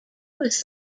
was